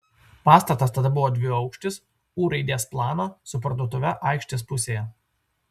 pastatas tada buvo dviaukštis u raidės plano su parduotuve aikštės pusėje